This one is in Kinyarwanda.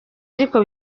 ariko